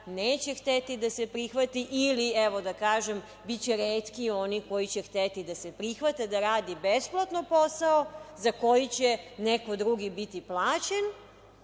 neće hteti da se prihvati ili, evo da kažem, biće retki oni koji će hteti da se prihvate da rade besplatno posao, za koji će neko drugi biti plaćen.I